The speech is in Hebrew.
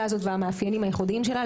הזאת והמאפיינים הייחודיים שלה,